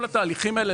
כל התהליכים האלה,